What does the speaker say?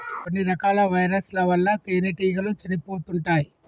కొన్ని రకాల వైరస్ ల వల్ల తేనెటీగలు చనిపోతుంటాయ్